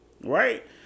right